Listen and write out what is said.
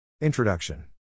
Introduction